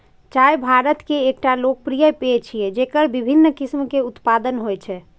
चाय भारत के एकटा लोकप्रिय पेय छियै, जेकर विभिन्न किस्म के उत्पादन होइ छै